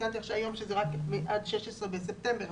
היום זה רק עד ה-16 בספטמבר.